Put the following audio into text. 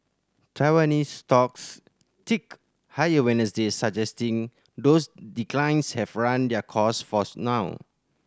Taiwanese stocks ticked higher Wednesday suggesting those declines have run their course forth now